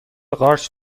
قارچ